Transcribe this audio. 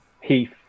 Heath